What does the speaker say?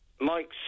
Mike